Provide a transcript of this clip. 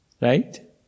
right